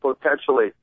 potentially